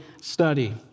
study